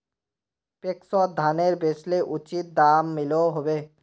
पैक्सोत धानेर बेचले उचित दाम मिलोहो होबे?